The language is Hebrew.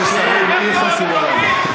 והעברת המסרים היא חשובה לנו.